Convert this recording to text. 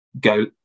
go